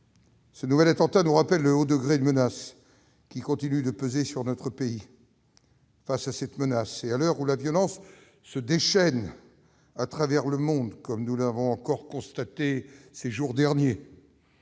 Ce nouvel attentat nous rappelle le haut degré de menace qui continue de peser sur notre pays. Face à cette menace et à l'heure où la violence se déchaîne à travers le monde, comme nous l'avons encore constaté ces jours derniers,